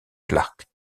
clarke